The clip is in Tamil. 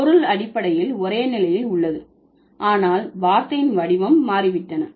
பொருள் அடிப்படையில் ஒரே நிலையில் உள்ளது ஆனால் வார்த்தையின் வடிவம் மாறிவிட்டன